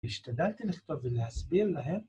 השתדלתי לכתוב ולהסביר להם